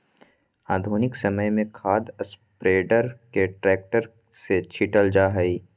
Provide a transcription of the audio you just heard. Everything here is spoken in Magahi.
आधुनिक समय में खाद स्प्रेडर के ट्रैक्टर से छिटल जा हई